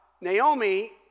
Naomi